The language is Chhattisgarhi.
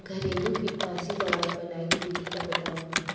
घरेलू कीटनाशी दवा बनाए के विधि ला बतावव?